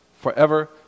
forever